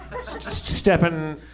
Stepping